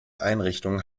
einrichtung